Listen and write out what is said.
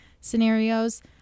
scenarios